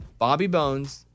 Bobbybones